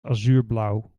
azuurblauw